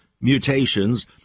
mutations